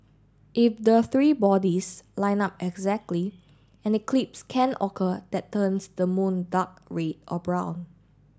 if the three bodies line up exactly an eclipse can occur that turns the moon dark read or brown